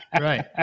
right